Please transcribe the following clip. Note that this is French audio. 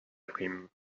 prime